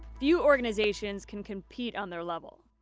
few organizations can compete on their level.